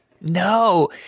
no